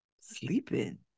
sleeping